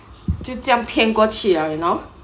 就这样骗过去